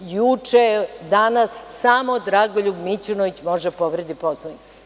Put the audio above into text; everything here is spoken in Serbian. Juče i danas samo Dragoljub Mićunović može da povredi Poslovnik.